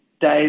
Dave